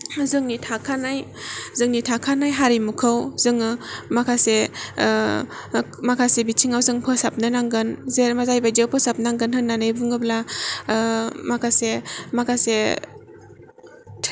जोंनि थाखानाय जोंनि थाखानाय हारिमुखौ जोङो माखासे माखासे बिथिङाव जों फोसाबनो नांगोन जेरै जायबायदियाव फोसाबनांगोन होननानै बुङोब्ला माखासे